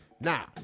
Now